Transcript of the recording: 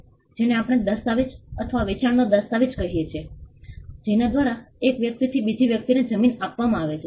જેને આપણે દસ્તાવેજ અથવા વેચાણનો દસ્તાવેજ કહીએ છીએ જેના દ્વારા એક વ્યક્તિથી બીજી વ્યક્તિને જમીન આપવામાં આવે છે